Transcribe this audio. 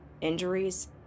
injuries